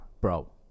Bro